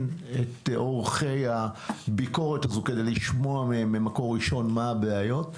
את עורכי הביקורת כדי לשמוע מהם ממקור ראשון מה הבעיות.